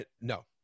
no